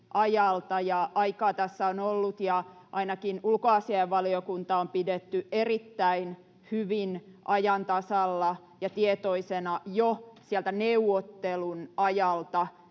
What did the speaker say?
Aikaa tässä on ollut, ja ainakin ulkoasiainvaliokunta on pidetty erittäin hyvin ajan tasalla ja tietoisena jo sieltä neuvottelun ajalta,